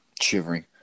shivering